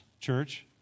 church